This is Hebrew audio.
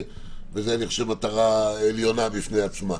ואני חושב שזו מטרה עליונה בפני עצמה.